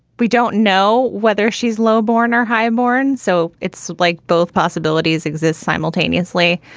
we don't know whether she's low born or highborn. so it's like both possibilities exist simultaneously.